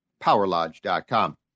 PowerLodge.com